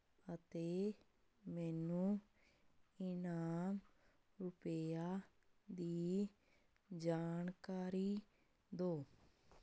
ਅਤੇ ਮੈਨੂੰ ਇਹਨਾਂ ਰੁਪਇਆਂ ਦੀ ਜਾਣਕਾਰੀ ਦਿਓ